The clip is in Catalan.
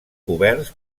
coberts